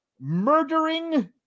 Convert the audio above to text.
murdering